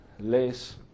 less